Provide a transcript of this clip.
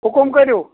حُکُم کٔرِو